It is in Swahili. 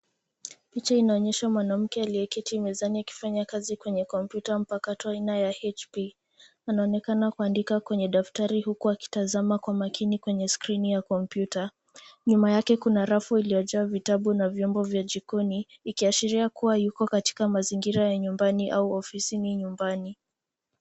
Picha inaonyesha mwanamke aliyeketi mezani akifanya kazi kwenye kompyuta mpakato aina ya hp. Anaonekana kuandika kwenye daftari huku akitazama kwa makini kwenye skrini ya kompyuta. Nyuma yake kuna rafu iliyojaa vitabu na vyombo vya jikoni, ikiashiria kuwa yuko katika mazingira ya nyumbani au ofisini nyumbani.